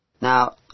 Now